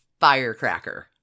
firecracker